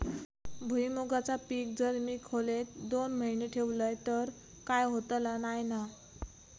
भुईमूगाचा पीक जर मी खोलेत दोन महिने ठेवलंय तर काय होतला नाय ना?